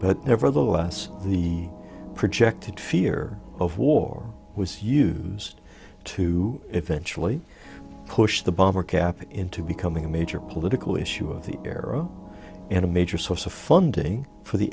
but nevertheless the projected fear of war was used to eventually push the bomber cap into becoming a major political issue of the arrow and a major source of funding for the